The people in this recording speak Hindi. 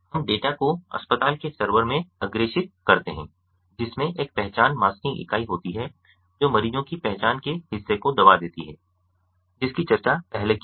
हम डेटा को अस्पताल के सर्वर में अग्रेषित करते हैं जिसमें एक पहचान मास्किंग इकाई होती है जो मरीजों की पहचान के हिस्से को दबा देती है जिसकी चर्चा पहले की है